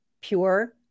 pure